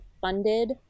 funded